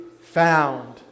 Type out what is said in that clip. found